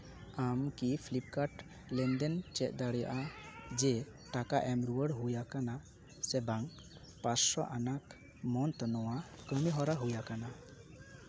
ᱟᱢ ᱠᱤ ᱯᱷᱤᱞᱤᱯᱠᱟᱨᱴ ᱞᱮᱱᱫᱮᱱ ᱪᱮᱫ ᱫᱟᱲᱮᱭᱟᱜᱼᱟ ᱡᱮ ᱴᱟᱠᱟ ᱮᱢ ᱨᱩᱣᱟᱹᱲ ᱦᱩᱭ ᱟᱠᱟᱱᱟ ᱥᱮ ᱵᱟᱝ ᱯᱟᱪᱥᱳ ᱟᱱᱟᱜ ᱢᱟᱱᱛᱷ ᱱᱚᱣᱟ ᱠᱟᱹᱢᱤᱦᱚᱨᱟ ᱦᱩᱭ ᱟᱠᱟᱱᱟ